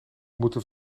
moeten